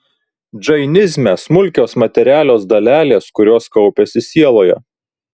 džainizme smulkios materialios dalelės kurios kaupiasi sieloje